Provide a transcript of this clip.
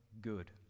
good